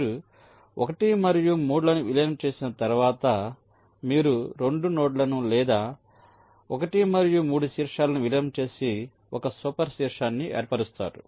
మీరు 1 మరియు 3 లను విలీనం చేసిన తర్వాత మీరు 2 నోడ్లను లేదా 1 మరియు 3 శీర్షాలను విలీనం చేసి ఒక సూపర్ శీర్షాన్ని ఏర్పరుస్తారు